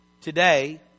Today